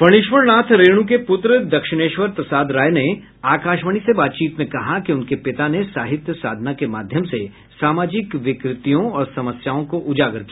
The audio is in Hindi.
फणीश्वरनाथ रेणु के पुत्र दक्षिणेश्वर प्रसाद राय ने आकाशवाणी से बातचीत में कहा कि उनके पिता ने साहित्य साधना के माध्यम से सामाजिक विकृतियों और समस्याओं को उजागर किया